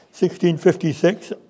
1656